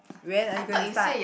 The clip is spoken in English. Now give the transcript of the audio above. when are you going to start